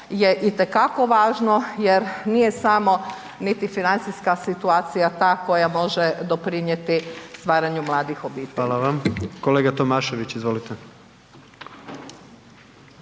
je itekako važno jer nije samo niti financijska situacija ta koja može doprinijeti stvaranju mladih obitelji. **Jandroković, Gordan